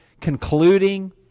concluding